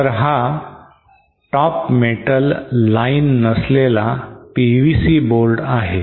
तर हा top metal line नसलेला PVC boards आहे